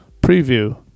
preview